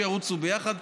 שירוצו ביחד,